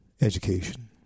education